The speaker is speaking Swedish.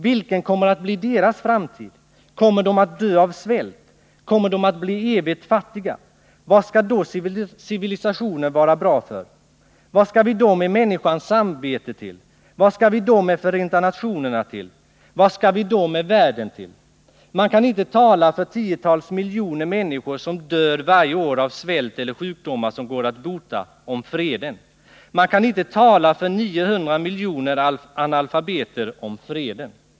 Vilken kommer att bli deras framtid? Kommer de att dö av svält? Kommer de att bli evigt fattiga? Vad skall då civilisationen vara bra för? Vad skall vi då med människans samvete till? Vad skall vi då med Förenta Nationerna till? Vad skall vi då med världen till? Man kan inte tala för tiotals miljoner människor som dör varje år av svält eller sjukdomar som går att bota, om freden. Man kan inte tala för 900 miljoner analfabeter om freden.